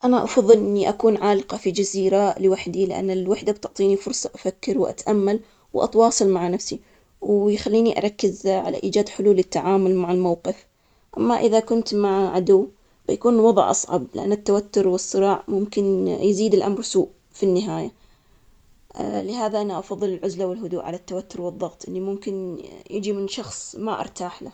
أنا افضل إني أكون عالق على جزيرة مع عدوي اللدود، لانه وجود شخص آخر معاي بالجزيرة بيخليني أتحرك وأفكر في النجاة. ممكن بعد نتعاون ممكن نواجه التحديات سوا، أما إذا كنت بمفردي، الوضع بيكون أصعب وبتعب نفسيًا. التعاون حتى مع العدو يمكن يخلق جو وفرص جديدة.